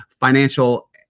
financial